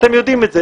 אתם יודעים את זה.